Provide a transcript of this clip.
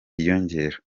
yiyongera